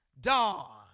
dawn